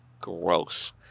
gross